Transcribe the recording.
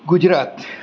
Gujarat